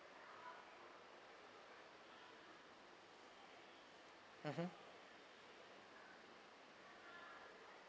mmhmm